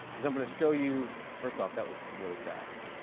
is i'm going to show you first off, that was really fast.